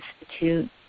Institute